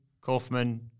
Kaufman